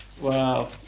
Wow